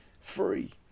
free